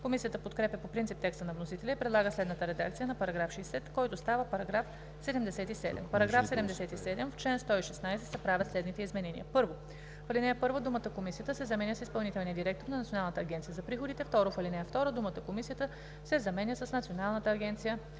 Комисията подкрепя по принцип текста на вносителя и предлага следната редакция на § 60, който става § 77: „§ 77. В чл. 116 се правят следните изменения: 1. В ал. 1 думата „Комисията“ се заменя с „изпълнителния директор на Националната агенция за приходите“. 2. В ал. 2 думата „Комисията“ се заменя с „Националната агенция